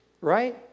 right